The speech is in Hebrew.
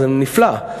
זה נפלא.